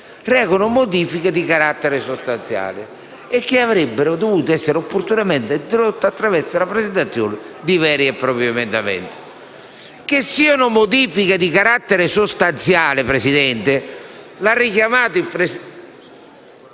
recano modifiche di carattere sostanziale, che avrebbero dovuto essere più opportunamente introdotte attraverso la presentazione di veri e propri emendamenti. Che siano modifiche di carattere sostanziale, signor Presidente, lo ha richiamato il senatore